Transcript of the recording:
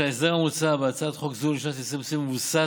ההסדר המוצע בהצעת חוק זו לשנת 2020 מבוסס